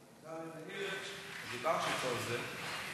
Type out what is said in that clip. אדוני, אני דיברתי אתו על זה,